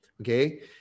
Okay